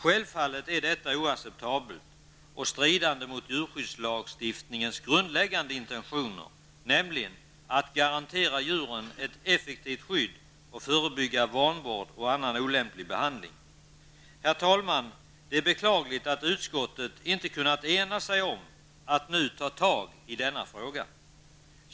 Självfallet är detta oacceptabelt och strider mot djurskyddslagstiftningens grundläggande intentioner, nämligen att garantera djuren ett effektivt skydd och förebygga vanvård och annan olämplig behandling. Herr talman! Det är beklagligt att utskottet inte har kunnat ena sig om att nu ta tag i denna fråga.